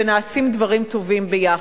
ונעשים דברים טובים ביחד.